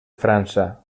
frança